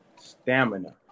stamina